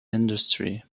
industry